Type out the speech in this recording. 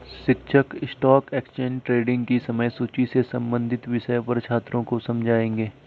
शिक्षक stock exchange trading की समय सूची से संबंधित विषय पर छात्रों को समझाएँगे